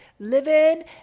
Living